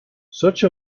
such